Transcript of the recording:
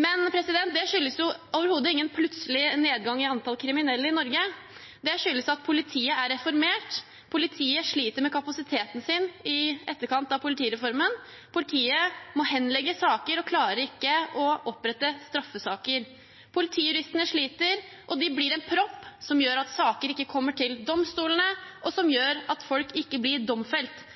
Men det skyldes overhodet ingen plutselig nedgang i antall kriminelle i Norge, det skyldes at politiet er reformert. Politiet sliter med kapasiteten sin i etterkant av politireformen, de må henlegge saker og klarer ikke å opprette straffesaker. Politijuristene sliter, og de blir en propp som gjør at saker ikke kommer til domstolene, og at folk ikke blir domfelt.